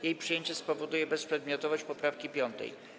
Jej przyjęcie spowoduje bezprzedmiotowość poprawki 5.